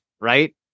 right